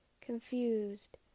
confused